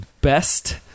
best